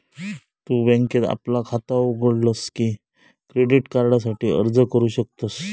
तु बँकेत आपला खाता उघडलस की क्रेडिट कार्डासाठी अर्ज करू शकतस